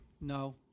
No